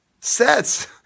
sets